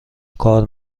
کار